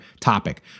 topic